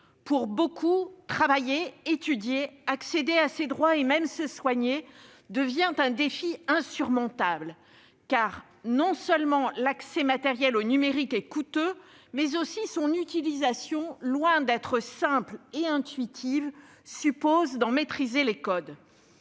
Pour beaucoup, travailler, étudier, accéder à ses droits et même se soigner devient un défi insurmontable. Car, outre que l'accès matériel au numérique est coûteux, son utilisation, loin d'être simple et intuitive, suppose d'en maîtriser les codes.